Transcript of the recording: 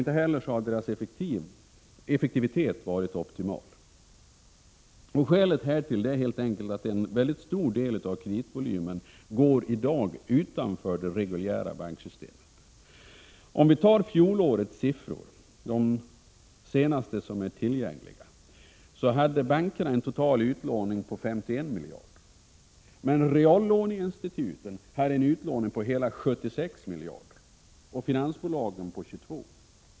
Inte heller har deras effektivitet varit optimal. Skälet härtill är helt enkelt att en mycket stor del av kreditvolymen i dag går utanför det reguljära banksystemet. Fjolårets siffror, de senaste som är tillgängliga, visar att bankerna hade en total utlåning på 51 miljarder, medan reallåneinstituten hade en utlåning på hela 76 miljarder och finansbolagen en utlåning på 22 miljarder.